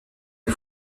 des